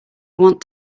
want